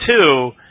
two